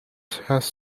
has